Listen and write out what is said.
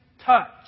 touch